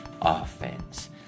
offense